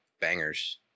bangers